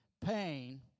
pain